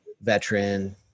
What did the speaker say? veteran